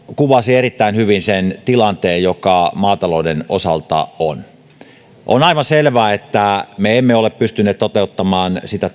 kuvasi erittäin hyvin sen tilanteen joka maatalouden osalta on on aivan selvää että me emme ole pystyneet toteuttamaan sitä